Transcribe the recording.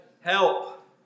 help